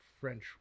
French